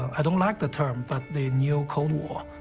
i don't like the term, but the new cold war.